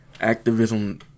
activism